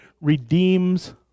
redeems